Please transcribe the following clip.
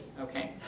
Okay